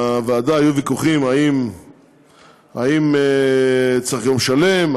בוועדה היו ויכוחים אם צריך יום שלם,